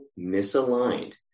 misaligned